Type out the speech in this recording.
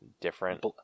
different